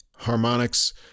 harmonics